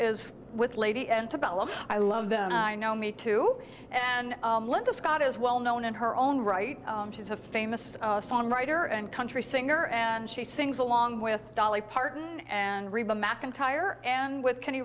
is with lady antebellum i love them and i know me too and to scott is well known in her own right she's a famous songwriter and country singer and she sings along with dolly parton and reba mcentire and with kenny